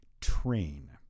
train